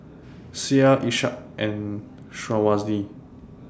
Syah Ishak and Syazwani